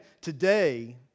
today